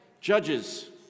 judges